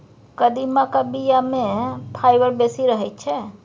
कदीमाक बीया मे फाइबर बेसी रहैत छै